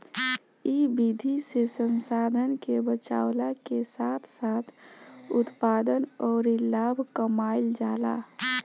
इ विधि से संसाधन के बचावला के साथ साथ उत्पादन अउरी लाभ कमाईल जाला